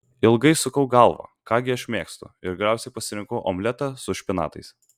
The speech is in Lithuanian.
ilgai sukau galvą ką gi aš mėgstu ir galiausiai pasirinkau omletą su špinatais